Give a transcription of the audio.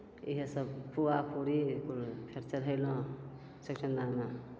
इएहसब पूआ पूड़ी फेर चढ़ेलहुँ चौठचन्दामे